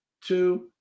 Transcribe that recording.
two